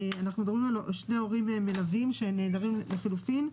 אנחנו מדברים על שני הורים מלווים שנעדרים לחילופין.